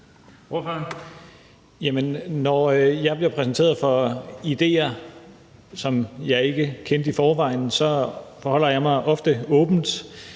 Når jeg bliver præsenteret for idéer, som jeg ikke kendte i forvejen, så forholder jeg mig ofte åbent